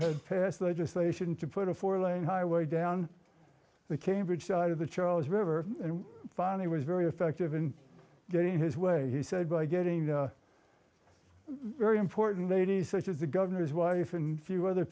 passed legislation to put a four lane highway down the cambridge side of the charles river and finally was very effective in getting his way he said by getting very important ladies such as the governor's wife and few other